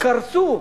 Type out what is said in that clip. קרסו